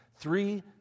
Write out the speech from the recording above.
three